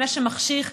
לפני שמחשיך,